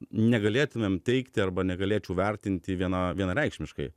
negalėtumėm teigti arba negalėčiau vertinti viena vienareikšmiškai